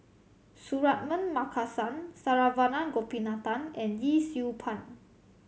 Suratman Markasan Saravanan Gopinathan and Yee Siew Pun